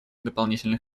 дополнительных